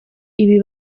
ibi